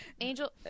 Angel